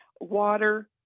water